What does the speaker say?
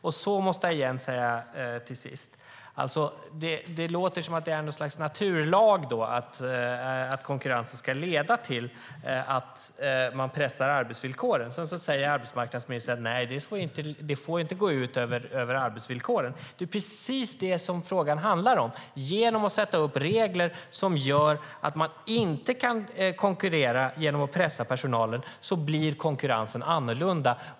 Till sist måste jag igen säga att det låter som att det är något slags naturlag att konkurrensen ska leda till att man pressar arbetsvillkoren. Arbetsmarknadsministern säger: Nej, det får inte gå ut över arbetsvillkoren. Det är precis det frågan handlar om. Genom att sätta upp regler som gör att det inte går att konkurrera genom att pressa personalen blir konkurrensen annorlunda.